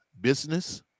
business